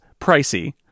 pricey